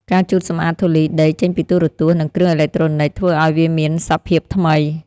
ការជូតសម្អាតធូលីដីចេញពីទូរទស្សន៍ និងគ្រឿងអេឡិចត្រូនិច ធ្វើឱ្យវាមានសភាពថ្មី។